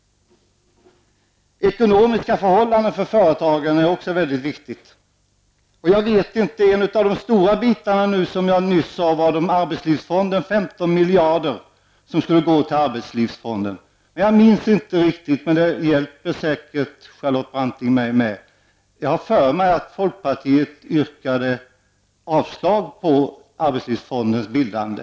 De ekonomiska förhållandena för företagen är också väldigt viktiga. En av de stora bitarna är, som jag nyss sade, de 15 miljarder som skulle gå till arbetslivsfonden. Jag minns inte riktigt, men jag har för mig att folkpartiet yrkade avslag på arbetslivsfondens bildande.